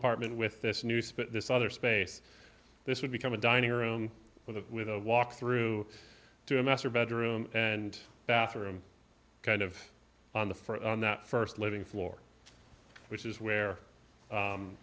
apartment with this new split this other space this would become a dining room with a with a walk through to a master bedroom and bathroom kind of on the for on that first living floor which is where